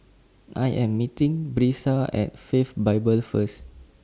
I Am meeting Brisa At Faith Bible First